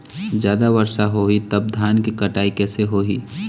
जादा वर्षा होही तब धान के कटाई कैसे होही?